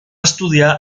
estudiar